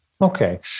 Okay